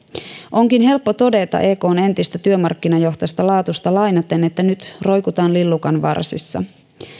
onkin helppo todeta ekn entistä työmarkkinajohtaja laatusta lainaten että nyt roikutaan lillukanvarsissa